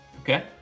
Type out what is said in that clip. Okay